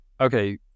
Okay